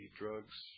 drugs